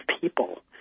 people